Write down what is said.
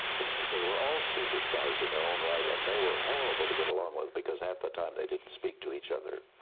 because they were all superstars in their own right yeah and they were horrible to get along with because at the time they didn't speak to each other.